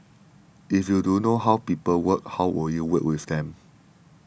if you don't know how people work how will you work with them